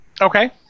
Okay